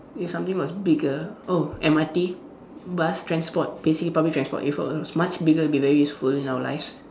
if something was bigger oh M_R_T bus transport basically public transport if it was much bigger it would be very useful in our lives